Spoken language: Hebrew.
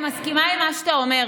אני מסכימה למה שאתה אומר,